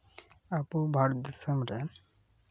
ᱟᱵᱚ ᱵᱷᱟᱟᱨᱚᱛ ᱫᱤᱥᱚᱢ ᱨᱮ